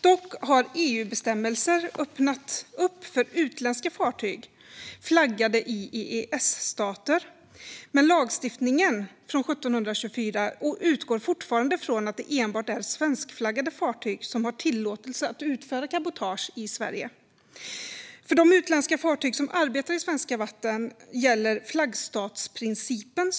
Dock har EU-bestämmelser öppnat för utländska fartyg flaggade i EES-stater, men lagstiftningen från 1724 utgår fortfarande från att det enbart är svenskflaggade fartyg som har tillåtelse att utföra cabotage i Sverige. För de utländska fartyg som arbetar i svenska vatten gäller flaggstatsprincipen,